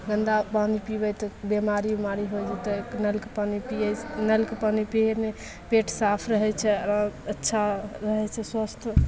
गन्दा पानि पीबै तऽ बिमारी ओमारी होइ जेतै तऽ नलके पानि पीए नलके पानि पीएमे पेट साफ रहैत छै आ अच्छा रहैत छै स्वस्थ